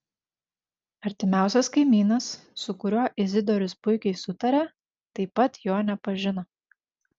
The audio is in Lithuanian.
artimiausias kaimynas su kuriuo izidorius puikiai sutarė taip pat jo nepažino